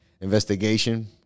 investigation